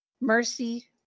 Mercy